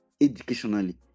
educationally